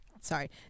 Sorry